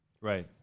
Right